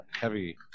heavy